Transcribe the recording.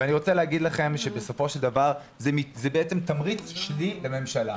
ואני רוצה להגיד לכם שבסופו של דבר זה בעצם תמריץ שלילי לממשלה.